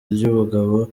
ry’umugabo